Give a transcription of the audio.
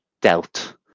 dealt